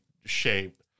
shape